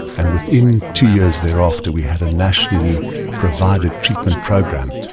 and within two years thereafter we had a nationally provided treatment program.